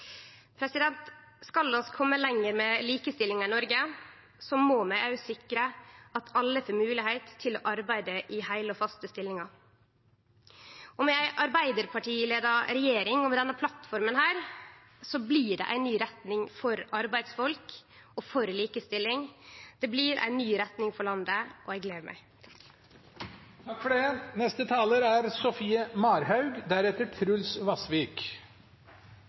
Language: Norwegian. Skal vi kome lenger med likestillinga i Noreg, må vi òg sikre at alle får moglegheit til å arbeide i heile og faste stillingar. Med ei arbeidarpartileidd regjering og denne plattforma blir det ei ny retning for arbeidsfolk og for likestilling. Det blir ei ny retning for landet, og eg gler meg. Akkurat nå opplever vi en slags strømkrise. Jeg sier «slags» for for kraftprodusentene er